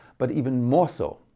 but even more so,